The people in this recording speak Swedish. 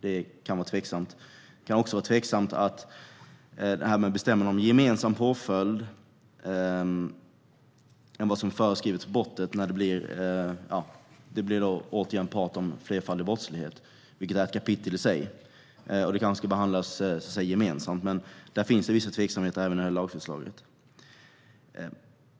Det kan också vara tveksamt att bestämma om annan gemensam påföljd än den som föreskrivs för brottet. Det blir återigen prat om flerfaldig brottslighet. Det är ett kapitel i sig. Det kanske ska behandlas gemensamt. Där finns vissa tveksamheter även i lagförslaget.